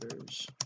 others